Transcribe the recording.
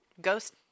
ghost